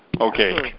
Okay